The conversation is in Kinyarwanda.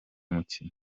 mukino